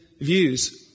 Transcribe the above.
views